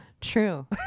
True